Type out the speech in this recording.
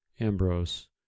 Ambrose